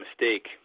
mistake